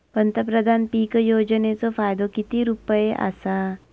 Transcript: पंतप्रधान पीक योजनेचो फायदो किती रुपये आसा?